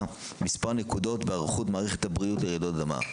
מספר נקודות בהיערכות מערכת הבריאות לרעידות אדמה,